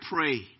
pray